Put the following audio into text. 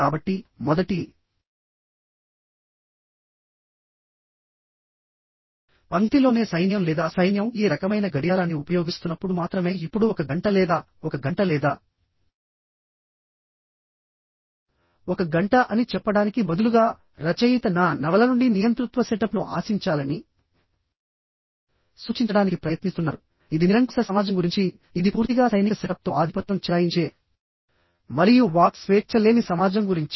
కాబట్టిమొదటి పంక్తిలోనే సైన్యం లేదా సైన్యం ఈ రకమైన గడియారాన్ని ఉపయోగిస్తున్నప్పుడు మాత్రమే ఇప్పుడు ఒక గంట లేదా ఒక గంట లేదా ఒక గంట అని చెప్పడానికి బదులుగా రచయిత నా నవల నుండి నియంతృత్వ సెటప్ను ఆశించాలని సూచించడానికి ప్రయత్నిస్తున్నారు ఇది నిరంకుశ సమాజం గురించి ఇది పూర్తిగా సైనిక సెటప్తో ఆధిపత్యం చెలాయించే మరియు వాక్ స్వేచ్ఛ లేని సమాజం గురించి